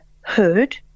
heard